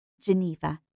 Geneva